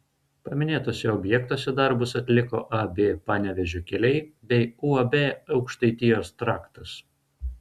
paminėtuose objektuose darbus atliko ab panevėžio keliai bei uab aukštaitijos traktas